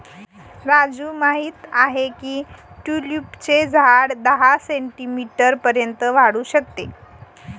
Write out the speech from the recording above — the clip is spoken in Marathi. राजू माहित आहे की ट्यूलिपचे झाड दहा सेंटीमीटर पर्यंत वाढू शकते